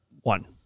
one